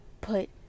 put